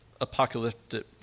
apocalyptic